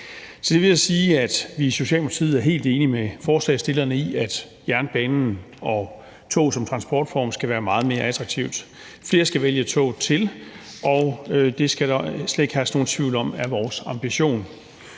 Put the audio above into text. Til det vil jeg sige, at vi i Socialdemokratiet er helt enige med forslagsstillerne i, at jernbanen og tog som transportform skal være meget mere attraktivt. Flere skal vælge toget til – og det skal der slet ikke herske nogen tvivl om er vores ambition.